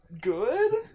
good